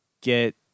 get